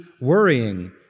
worrying